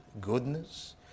goodness